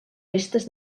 restes